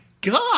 God